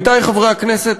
כן.